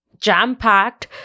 jam-packed